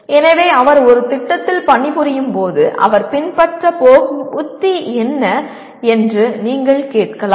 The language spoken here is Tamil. எனவே அவர் ஒரு திட்டத்தில் பணிபுரியும் போது அவர் பின்பற்றப் போகும் உத்தி என்ன என்று நீங்கள் கேட்கலாம்